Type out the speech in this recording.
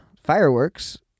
fireworks